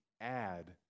add